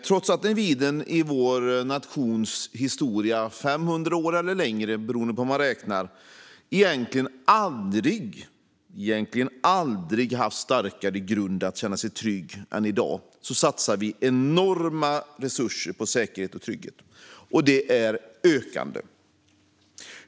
Trots att individen i vår nations historia - 500 år eller längre, beroende på hur man räknar - egentligen aldrig har haft starkare grund för att känna sig trygg än i dag satsar vi enorma resurser på säkerhet och trygghet. Och det är ökande.